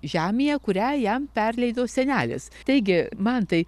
žemėje kurią jam perleido senelis taigi mantai